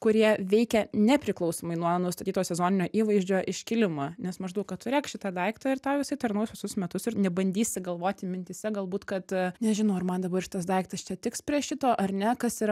kurie veikia nepriklausomai nuo nustatyto sezoninio įvaizdžio iškilimą nes maždaug kad turėk šitą daiktą ir tau jisai tarnaus visus metus ir nebandysi galvoti mintyse galbūt kad nežinau ar man dabar šitas daiktas čia tiks prie šito ar ne kas yra